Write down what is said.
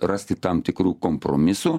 rasti tam tikrų kompromisų